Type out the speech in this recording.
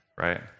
right